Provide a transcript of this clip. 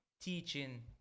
teaching